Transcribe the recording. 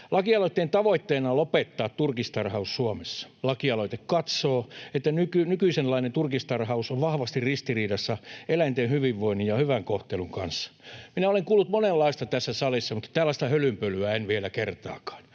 Lakialoitteen tavoitteena on lopettaa turkistarhaus Suomessa. Lakialoite katsoo, että nykyisenlainen turkistarhaus on vahvasti ristiriidassa eläinten hyvinvoinnin ja hyvän kohtelun kanssa. Minä olen kuullut monenlaista tässä salissa, mutta tällaista hölynpölyä en vielä kertaakaan.